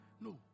No